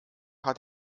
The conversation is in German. hat